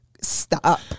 Stop